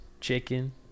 chicken